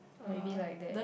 or maybe like there